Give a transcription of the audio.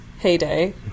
heyday